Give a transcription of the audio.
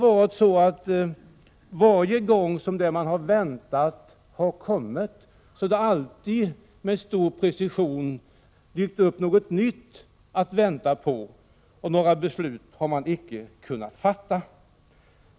Varje gång som det man väntat på har kommit har det alltid med stor precision dykt upp något nytt att vänta på, och några beslut har man icke kunnat fatta.